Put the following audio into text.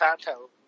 Santo